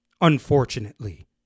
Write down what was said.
Unfortunately